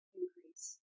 increase